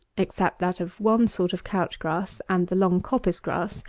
except that of one sort of couch-grass, and the long coppice-grass,